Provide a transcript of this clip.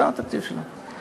זה התקציב שלה.